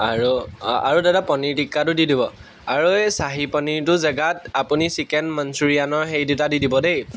আৰু আৰু দাদা পনীৰ টিক্কাটো দি দিব আৰু এই চাহি পনীৰটো জেগাত আপুনি চিকেন মঞ্চিয়ানৰ হেৰি দুটা দি দিব দেই